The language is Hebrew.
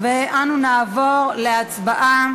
ואנו נעבור להצבעה